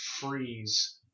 freeze